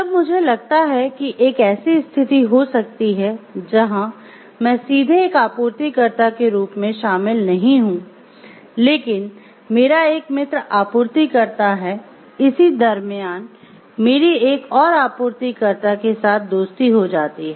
जब मुझे लगता है कि एक ऐसी स्थिति हो सकती है जहां मैं सीधे एक आपूर्तिकर्ता के रूप में शामिल नहीं हूं लेकिन मेरा एक मित्र आपूर्तिकर्ता है इसी दरमियान मेरी एक और आपूर्तिकर्ता के साथ दोस्ती हो जाती है